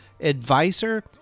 advisor